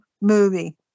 movie